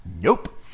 Nope